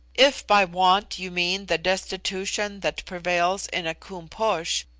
if by want you mean the destitution that prevails in a koom-posh,